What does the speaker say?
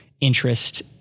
interest